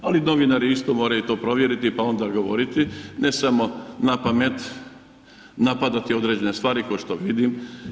Ali novinari isto moraju to provjeriti pa onda govoriti ne samo napamet napadati određene stvari ko što vidim.